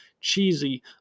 cheesy